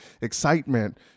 excitement